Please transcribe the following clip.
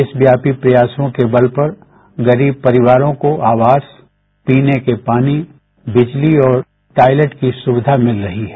देशव्यापी प्रयासों के बल पर गरीब परिवारों को आवास पीनी के पानी बिजली और टॉयलेट की सुविधा मिल रही है